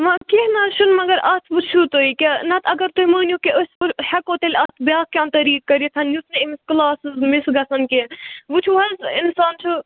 وَ کیٚنٛہہ نہ حظ چھُنہٕ مگر اَتھ وٕچھو تُہۍ کہِ نَتہٕ اگر تُہۍ مٲنِو کہِ أسۍ ہٮ۪کو تیٚلہِ اَتھ بیٛاکھ کینٛہہ طریٖق کٔرِتھ یُس نہٕ أمِس کٕلاسز مِس گژھَن کیٚنٛہہ وٕچھو حظ اِنسان چھُ